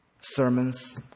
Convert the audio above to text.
Sermons